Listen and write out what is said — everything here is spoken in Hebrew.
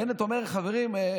בנט אומר: חברים,